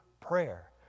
prayer